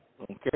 okay